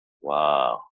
Wow